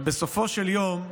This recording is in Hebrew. בסופו של יום,